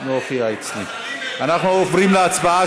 אנחנו עוברים להצבעה,